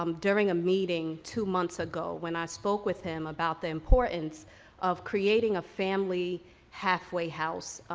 um during a meeting two months ago, when i spoke with him about the importance of creating a family halfway house,